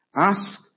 Ask